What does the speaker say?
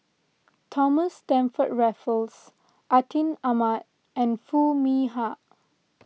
Thomas Stamford Raffles Atin Amat and Foo Mee Har